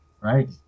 Right